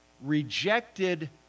rejected